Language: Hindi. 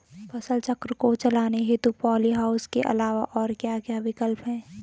फसल चक्र को चलाने हेतु पॉली हाउस के अलावा और क्या क्या विकल्प हैं?